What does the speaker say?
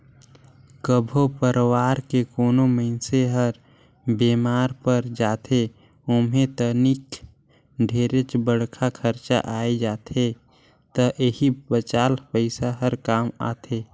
कभो परवार के कोनो मइनसे हर बेमार पर जाथे ओम्हे तनिक ढेरे बड़खा खरचा आये जाथे त एही बचाल पइसा हर काम आथे